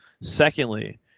Secondly